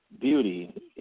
beauty